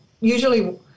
usually